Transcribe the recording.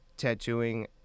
tattooing